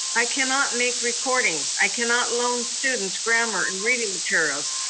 i cannot make reportings, i cannot loan students grammar and reading materials.